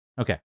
Okay